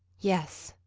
yes,